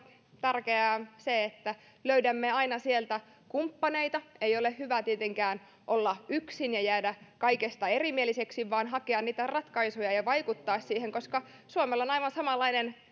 tärkeää se että löydämme aina sieltä kumppaneita ei ole hyvä tietenkään olla yksin ja jäädä kaikesta erimieliseksi vaan tulee hakea niitä ratkaisuja ja ja vaikuttaa siihen koska suomella on aivan samanlainen